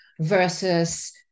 versus